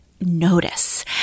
notice